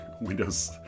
windows